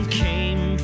came